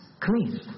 clean